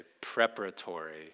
preparatory